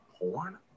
porn